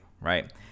right